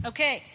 Okay